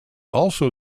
also